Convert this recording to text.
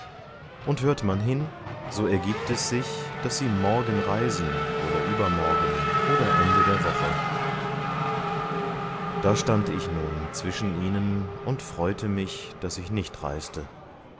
und hört man hin so ergiebt es sich daß sie morgen reisen oder übermorgen oder ende der woche da stand ich nun zwischen ihnen und freute mich daß ich nicht reiste